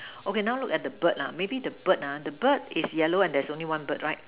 okay now look at the bird lah maybe the bird ah the bird is yellow and there is only one bird right